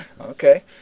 Okay